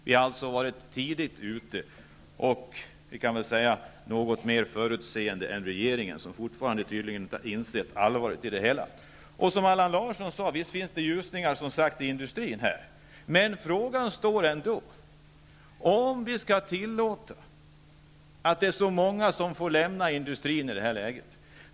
Vi har alltså varit tidigt ute och, kan jag väl säga, varit något mer förutseende än regeringen, som fortfarande tydligen inte har insett allvaret i det hela. Visst finns det ljuspunkter i industrin, som Allan Larsson sade, men frågan är ändå om vi skall tillåta att så många får lämna industrin i det här läget.